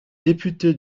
députés